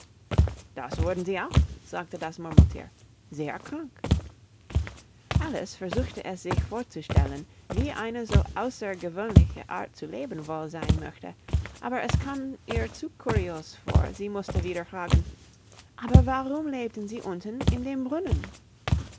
das wurden sie auch sagte das murmelthier sehr krank alice versuchte es sich vorzustellen wie eine so außergewöhnliche art zu leben wohl sein möchte aber es kam ihr zu kurios vor sie mußte wieder fragen aber warum lebten sie unten in dem brunnen